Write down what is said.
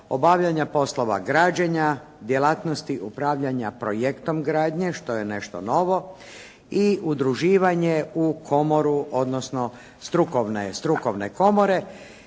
obavljanja poslova građenja, djelatnosti upravljanja projektom gradnje što je nešto novo i udruživanje u komoru, odnosno strukovne komore